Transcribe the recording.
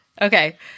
Okay